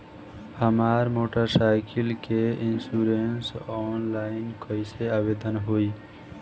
हमार motor cycle के insurance online कईसे आवेदन होई?